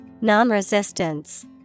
Non-resistance